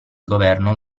governo